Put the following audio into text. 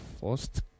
first